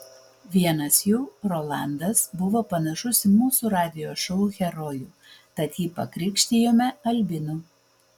vienas jų rolandas buvo panašus į mūsų radijo šou herojų tad jį pakrikštijome albinu